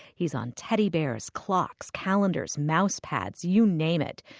he's on teddy bears, clocks, calendars, mouse pads, you name it.